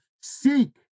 seek